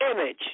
image